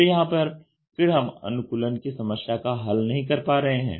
तो यहां पर फिर हम अनुकूलन की समस्या का हल नहीं कर पा रहे हैं